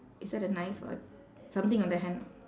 is that a knife or something on the hand